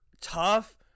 tough